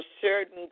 certain